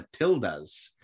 Matildas